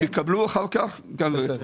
הם יקבלו אחר כך גם רטרואקטיבית.